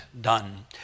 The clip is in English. done